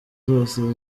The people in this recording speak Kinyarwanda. zose